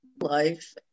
life